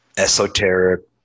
esoteric